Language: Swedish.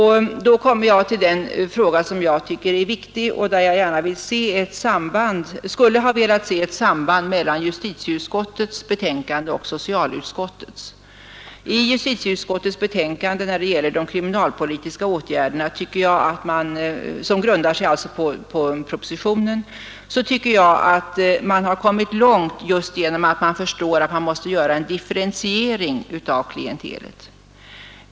Här kommer jag till den fråga som jag tycker är viktig och där jag gärna skulle ha velat se ett samband mellan justitieutskottets betänkande och socialutskottets. I justitieutskottets betänkande om de kriminalpolitiska åtgärderna, som grundar sig på propositionen, har man enligt min mening kommit långt, eftersom man förstår att man måste göra en differentiering av klientelet.